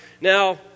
Now